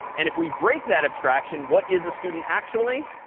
and if we break that abstraction, what is a student actually?